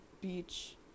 beach